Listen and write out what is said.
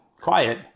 quiet